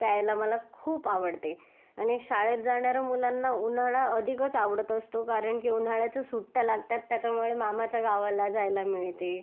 प्यायला मला खूप आवडते आणि शाळेत जाणाऱ्या मुलांना उन्हाळा अधिकच आवडत असतो कारण की उन्हाळ्याच्या सुट्ट्या लागतात त्याच्यामुळे मामाच्या गावाला जायला मिळते